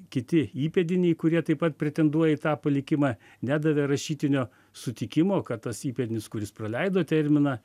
kiti įpėdiniai kurie taip pat pretenduoja į tą palikimą nedavė rašytinio sutikimo kad tas įpėdinis kuris praleido terminą